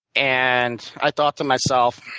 and i thought to myself,